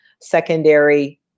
secondary